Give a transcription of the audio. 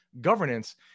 governance